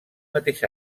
mateix